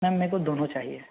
ma'am मेरे को दोनो चाहिए